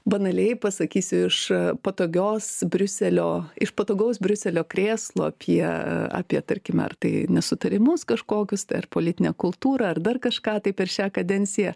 banaliai pasakysiu iš patogios briuselio iš patogaus briuselio krėslo apie apie tarkim ar tai nesutarimus kažkokius ir politinę kultūrą ar dar kažką tai per šią kadenciją